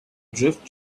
drift